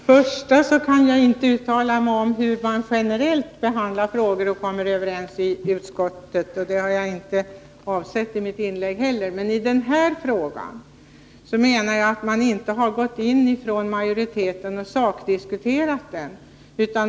Herr talman! Jag kan inte uttala mig om hur man generellt behandlar frågor och kommer överens i utskottet — det har jag inte heller avsett att beröra i mitt inlägg — men den här frågan anser jag att majoriteten inte har sakdiskuterat.